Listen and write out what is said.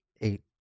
eight